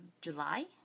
July